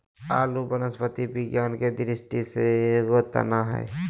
आलू वनस्पति विज्ञान के दृष्टि से एगो तना हइ